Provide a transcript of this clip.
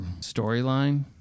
storyline